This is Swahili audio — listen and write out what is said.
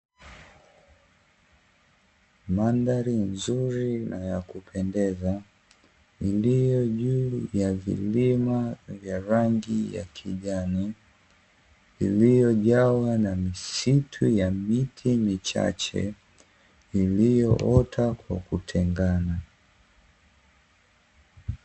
Mandhari nzuri na ya kupendeza, iliyo juu ya vilima vya rangi ya kijani, iliyojaa na misitu ya miti michache iliyoota kwa kutengana.